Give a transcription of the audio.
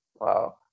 wow